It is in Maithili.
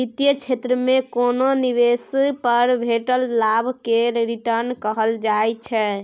बित्तीय क्षेत्र मे कोनो निबेश पर भेटल लाभ केँ रिटर्न कहल जाइ छै